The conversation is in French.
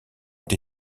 ont